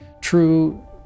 true